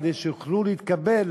כדי שיוכלו להתקבל